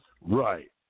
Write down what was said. Right